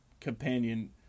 companion